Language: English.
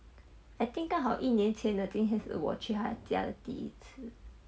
I think 刚好一年前的今天是我去她家的第一次